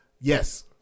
yes